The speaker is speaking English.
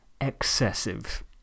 excessive